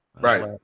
right